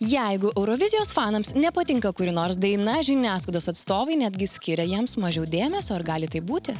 jeigu eurovizijos fanams nepatinka kuri nors daina žiniasklaidos atstovai netgi skiria jiems mažiau dėmesio ar gali taip būti